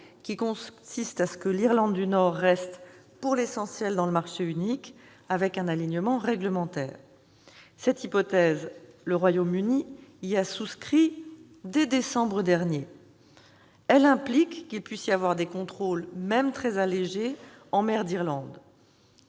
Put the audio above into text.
qui consiste en ce que l'Irlande du Nord reste pour l'essentiel dans le marché unique, avec un alignement réglementaire. Cette hypothèse, le Royaume-Uni y a souscrit dès le mois de décembre dernier. Elle implique qu'il puisse y avoir des contrôles, même très allégés, en mer d'Irlande.